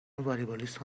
والیبالیست